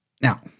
Now